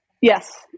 Yes